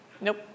Nope